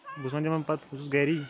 بہٕ چھُس ونان تِمَن پتہٕ بہٕ چھُس گری